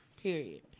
Period